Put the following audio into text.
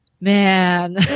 man